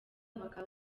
bakaba